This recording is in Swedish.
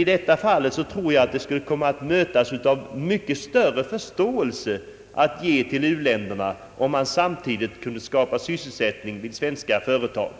I detta fall tror jag emellertid att det skulle mötas av mycket större förståelse att ge hjälp till u-länderna, om samtidigt sysselsättning kunde skapas vid svenska företag.